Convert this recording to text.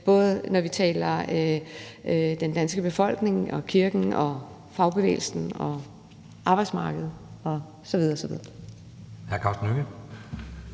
både når vi taler om den danske befolkning og om kirken og fagbevægelsen og arbejdsmarkedet osv.